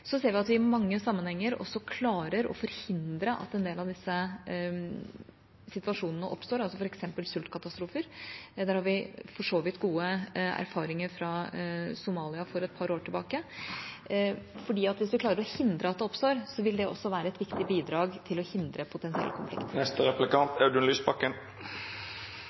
Så ser vi at vi i mange sammenhenger klarer å forhindre at en del av disse situasjonene oppstår. Når det gjelder sultkatastrofer, har vi for så vidt gode erfaringer fra Somalia et par år tilbake. Hvis vi klarer å hindre at de oppstår, vil det også være et viktig bidrag til å hindre